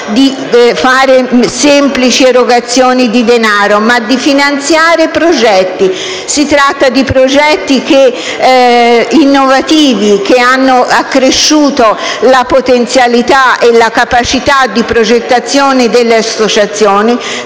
a una semplice erogazione di denaro ma finanziava progetti. Si tratta di progetti innovativi, che hanno accresciuto la potenzialità e la capacità di progettazione delle associazioni.